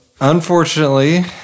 unfortunately